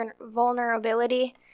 vulnerability